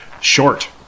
short